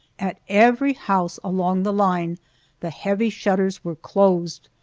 at every house along the line the heavy shutters were closed,